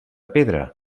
pedra